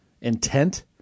Intent